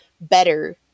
better